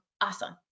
awesome